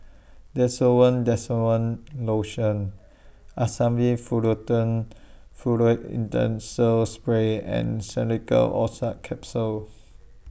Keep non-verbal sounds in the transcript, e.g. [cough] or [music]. Desowen Desowen Lotion Asamys [unintelligible] Furoate [unintelligible] Spray and Xenical Orlistat Capsules